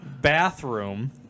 bathroom